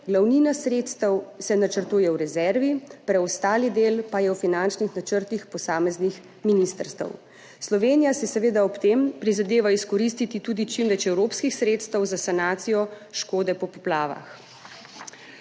Glavnina sredstev se načrtuje v rezervi, preostali del pa je v finančnih načrtih posameznih ministrstev. Slovenija si seveda ob tem prizadeva izkoristiti tudi čim več evropskih sredstev za sanacijo škode po poplavah.